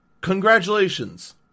Congratulations